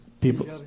people